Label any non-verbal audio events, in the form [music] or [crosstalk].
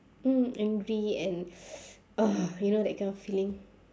mm angry and [breath] ugh you know that kind of feeling